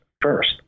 first